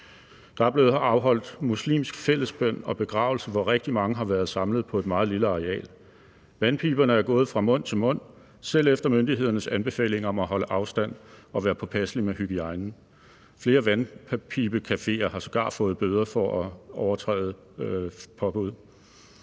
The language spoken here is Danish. Der er blevet afholdt muslimsk fællesbøn og begravelse, hvor rigtig mange har været samlet på et meget lille areal. Vandpiberne er gået fra mund til mund, selv efter myndighedernes anbefalinger om at holde afstand og være påpasselig med hygiejnen. Flere vandpibecafeer har sågar fået bøder for at overtræde påbud.